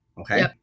Okay